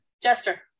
Jester